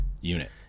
unit